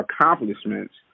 accomplishments